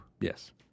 Yes